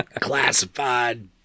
classified